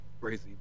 crazy